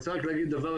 לטסט.